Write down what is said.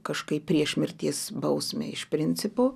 kažkaip prieš mirties bausmę iš principo